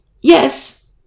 yes